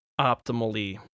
optimally